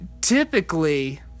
typically